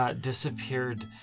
disappeared